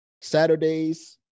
saturdays